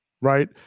right